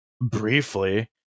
Briefly